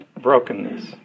brokenness